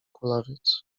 kulawiec